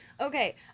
okay